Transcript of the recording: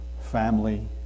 family